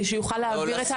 כדי שהוא יוכל להעביר.